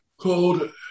called